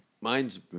mine's